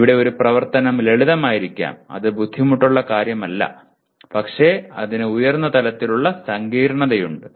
ഇവിടെ ഒരു പ്രവർത്തനം ലളിതമായിരിക്കാം അത് ബുദ്ധിമുട്ടുള്ള കാര്യമല്ല പക്ഷേ ഇതിന് ഉയർന്ന തലത്തിലുള്ള സങ്കീർണ്ണതയുണ്ട്